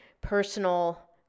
personal